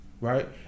right